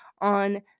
on